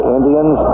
Indians